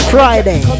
Friday